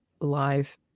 live